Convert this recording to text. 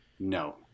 No